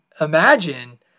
imagine